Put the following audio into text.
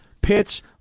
pits